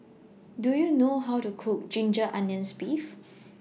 Do YOU know How to Cook Ginger Onions Beef